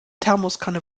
thermoskanne